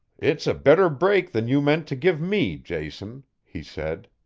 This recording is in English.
it's a better break than you meant to give me, jason, he said.